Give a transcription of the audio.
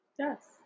Yes